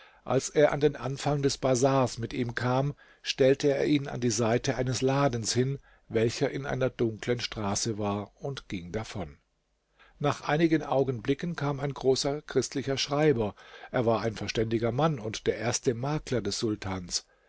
als er an den anfang des bazars mit ihm kam stellte er ihn an die seite eines ladens hin welcher in einer dunklen straße war und ging davon nach einigen augenblicken kam ein großer christlicher schreiber muallem heißt zwar gewöhnlich lehrer wird aber in ägypten auf koptische schreiber angewendet er war ein verständiger mann und der erste makler des sultans